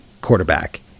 quarterback